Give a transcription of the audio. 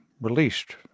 released